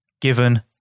given